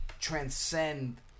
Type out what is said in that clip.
transcend